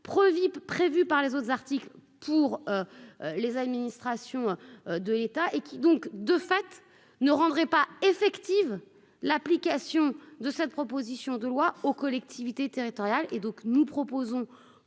prévues par les autres articles pour les administrations de l'État et qui donc de fait ne rendrait pas effective l'application de cette proposition de loi aux collectivités territoriales, et donc nous proposons